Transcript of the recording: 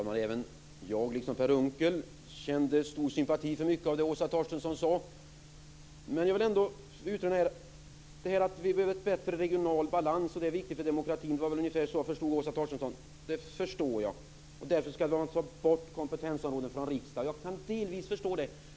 Fru talman! Jag, liksom Per Unckel, kände stor sympati inför mycket av det som Åsa Torstensson sade. Men jag vill utröna en del. Jag förstår detta med att vi behöver en bättre regional balans och att det är viktigt för demokratin. Därför skulle man ta bort kompetensområden från riksdagen. Jag kan delvis förstå det.